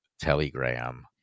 telegram